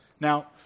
Now